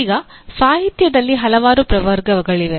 ಈಗ ಸಾಹಿತ್ಯದಲ್ಲಿ ಹಲವಾರು ಪ್ರವರ್ಗಗಳಿವೆ